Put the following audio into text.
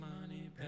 money